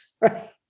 right